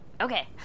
Okay